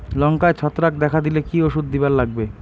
লঙ্কায় ছত্রাক দেখা দিলে কি ওষুধ দিবার লাগবে?